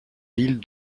villes